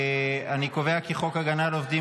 אני קובע כי הצעת חוק הגנה על עובדים